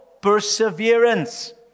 perseverance